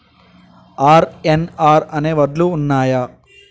RNR అనే వడ్లు ఉన్నయా?